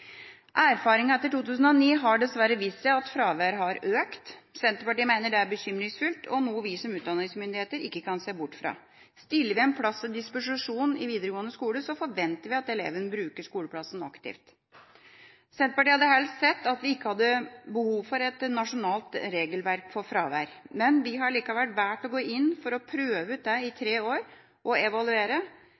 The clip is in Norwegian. Erfaringene etter 2009 har dessverre vist at fraværet har økt. Senterpartiet mener det er bekymringsfullt og noe vi som utdanningsmyndigheter ikke kan se bort fra. Stiller vi en plass til disposisjon i videregående skole, forventer vi at eleven bruker skoleplassen aktivt. Senterpartiet hadde helst sett at vi ikke hadde behov for et nasjonalt regelverk for fravær, men vi har likevel valgt å gå inn for å prøve ut det i tre år og evaluere